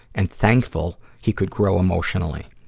and thankful he could grow emotionally.